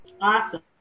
awesome